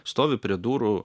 stovi prie durų